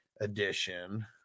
Edition